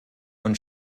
und